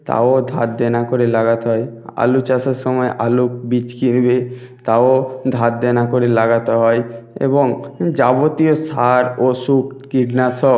তাও ধার দেনা করে লাগাতে হয় আলু চাষের সময় আলু বীজ কিনবে তাও ধার দেনা করে লাগতে হয় এবং যাবতীয় সার ওষুধ কীটনাশক